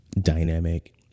dynamic